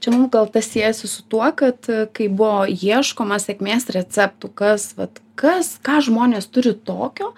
čia mum gal tas siejasi su tuo kad kai buvo ieškoma sėkmės receptų kas vat kas ką žmonės turi tokio